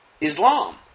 Islam